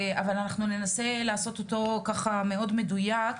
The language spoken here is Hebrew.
אבל אנחנו ננסה לעשות אותו ככה מאוד מדוייק.